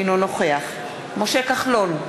אינו נוכח משה כחלון,